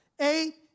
Eight